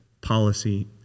policy